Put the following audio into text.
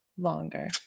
longer